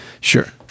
Sure